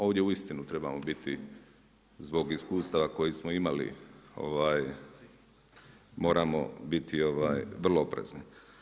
Ovdje uistinu trebamo biti, zbog iskustava koje smo imali, moramo biti vrlo oprezni.